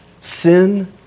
sin